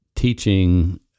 Teaching